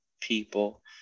people